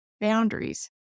boundaries